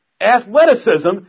athleticism